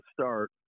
start